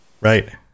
Right